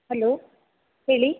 hello ಹೇಳಿ